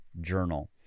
journal